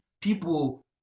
People